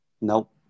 Nope